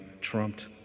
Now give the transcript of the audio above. trumped